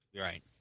right